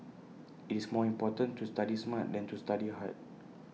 IT is more important to study smart than to study hard